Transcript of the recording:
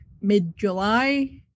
Mid-July